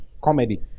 comedy